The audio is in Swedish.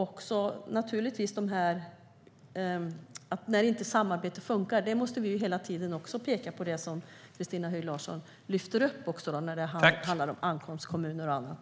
När samarbetet inte funkar måste vi peka på det, som Christina Höj Larsen lyfter upp. Det handlar om ankomstkommuner och annat.